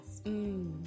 Mmm